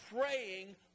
praying